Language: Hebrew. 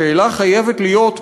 השאלה חייבת להיות,